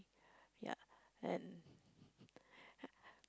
ya and